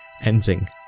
ending